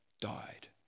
died